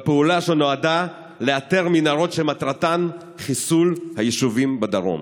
בפעולה שנועדה לאתר מנהרות שמטרתן חיסול הישובים בדרום.